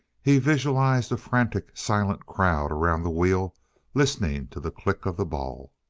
he visualized a frantic, silent crowd around the wheel listening to the click of the ball.